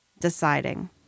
deciding